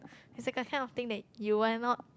is like the kind of thing that you why not